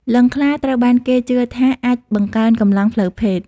លិង្គខ្លាត្រូវបានគេជឿថាអាចបង្កើនកម្លាំងផ្លូវភេទ។